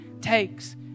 takes